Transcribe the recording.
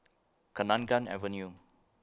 Kenanga Avenue